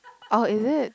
oh is it